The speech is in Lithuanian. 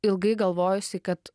ilgai galvojusiai kad